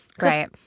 Right